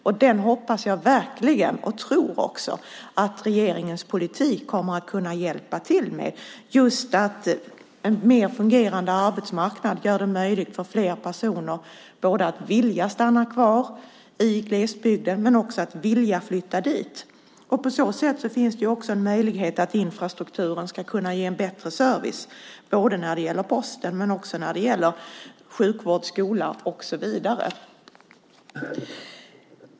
Den hoppas och tror jag verkligen att regeringens politik kan komma till rätta med, därför att en mer fungerande arbetsmarknad gör det möjligt att fler personer både vill stanna kvar i glesbygden och också vill flytta dit. På så sätt finns det också en möjlighet att infrastrukturen ska kunna ge en bättre service när det gäller posten men också när det gäller sjukvård, skola och så vidare.